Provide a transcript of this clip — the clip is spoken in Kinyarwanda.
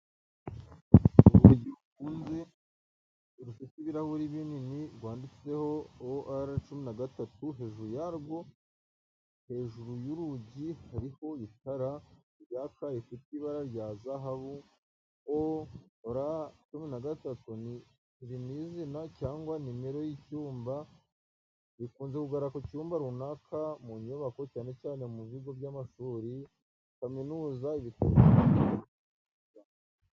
Urugi rufunze, rufite ibirahuri bibiri binini, rwanditseho "0R13" hejuru yarwo, hejuru y’urugi hariho itara ryaka rifite ibara rya zahabu. 0R13, iri ni izina cyangwa nimero y’icyumba. Bikunze kugaragaza icyumba runaka mu nyubako, cyane cyane mu bigo by’amashuri, za kaminuza, ibitaro cyangwa ibiro bya leta.